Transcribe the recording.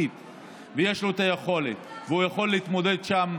ויש לו את היכולת והוא יכול להתמודד שם.